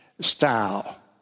style